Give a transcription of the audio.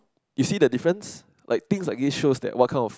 you see the difference like things I guess shows that what kind of